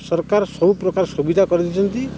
ସରକାର ସବୁ ପ୍ରକାର ସୁବିଧା କରିଦେଇଛନ୍ତି